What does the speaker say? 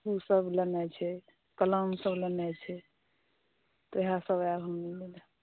ई सभ लेनाइ छै कलम सभ लेनाइ छै ओएह सभ आयब लेबऽ